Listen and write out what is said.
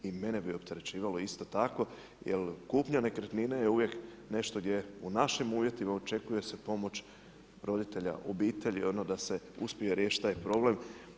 I mene bi opterećivalo isto tako jer kupnja nekretnine je uvijek nešto gdje u našim uvjetima očekuje se pomoć roditelja, obitelji da se uspije riješiti taj problem.